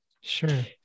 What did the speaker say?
Sure